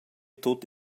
tut